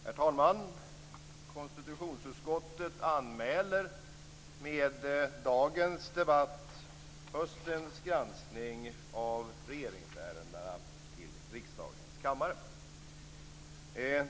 Herr talman! Konstitutionsutskottet anmäler med dagens debatt höstens granskning av regeringsärendena till riksdagens kammare.